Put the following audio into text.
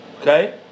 Okay